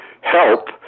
help